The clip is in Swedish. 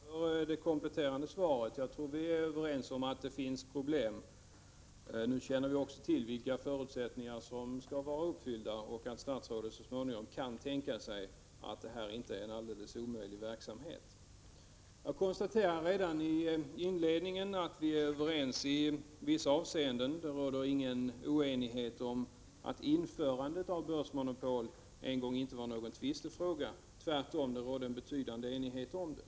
Herr talman! Jag är tacksam för det kompletterande svaret. Jag tror att vi är överens om att det finns problem. Nu känner vi också till vilka förutsättningar som skall vara uppfyllda och att statsrådet kan tänka sig att en regional börs inte är en helt omöjlig tanke på sikt. Jag konstaterar redan i inledningen att vi är överens i vissa avseenden. Det råder ingen oenighet om att införandet av börsmonopol en gång inte var någon tvistefråga. Det rådde tvärtom betydande enighet om den.